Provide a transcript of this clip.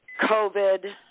COVID